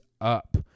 up